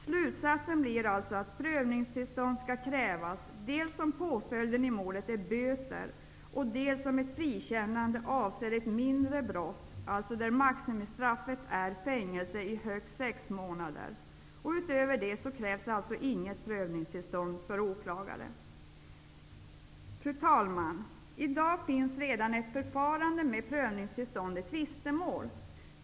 Slutsatsen blir att prövningstillstånd skall krävas dels om påföljden i målet är böter, dels om ett frikännande avser ett mindre brott, alltså där maximistraffet är fängelse i högst sex månader. Utöver det krävs alltså inget prövningstillstånd för åklagare. Fru talman! I dag finns redan ett förfarande med prövningstillstånd i tvistemål.